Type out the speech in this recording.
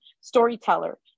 storyteller